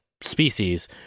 species